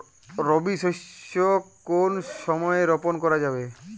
রবি শস্য কোন সময় রোপন করা যাবে?